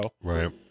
right